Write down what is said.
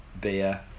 beer